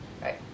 Right